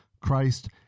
Christ